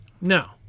no